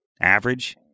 average